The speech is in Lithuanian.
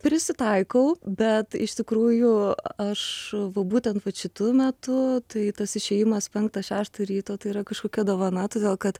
prisitaikau bet iš tikrųjų aš va būtent vat šitu metu tai tas išėjimas penktą šeštą ryto tai yra kažkokia dovana todėl kad